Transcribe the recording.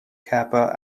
kappa